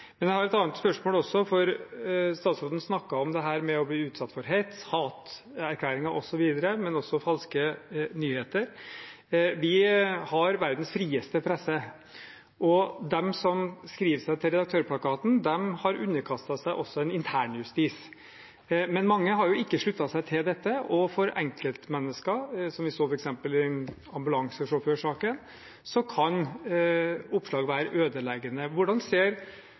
Jeg har et annet spørsmål. Statsråden snakket om det å bli utsatt for hets, haterklæringer osv., men også falske nyheter. Vi har verdens frieste presse, og de som skriver seg til Redaktørplakaten, har også underkastet seg en internjustis. Men mange har ikke sluttet seg til dette, og for enkeltmennesker, som vi så eksempel på i ambulansesjåførsaken, kan oppslag være ødeleggende. Hvordan ser